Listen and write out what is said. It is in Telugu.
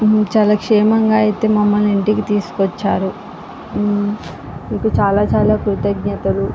చాలా క్షేమంగా అయితే మమ్మల్ని ఇంటికి తీసుకు వచ్చారు మీకు చాలా చాలా కృతజ్ఞతలు